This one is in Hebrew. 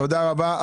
תודה רבה.